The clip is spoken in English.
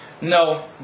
No